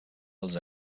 als